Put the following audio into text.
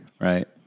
Right